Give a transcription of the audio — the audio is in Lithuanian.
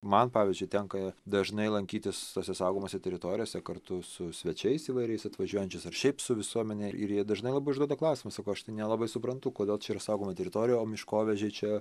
man pavyzdžiui tenka dažnai lankytis tose saugomose teritorijose kartu su svečiais įvairiais atvažiuojančiais ar šiaip su visuomene ir jie dažnai užduoda klausimą sakau aš tai nelabai suprantu kodėl čia yra saugoma teritorija o miškovežiai čia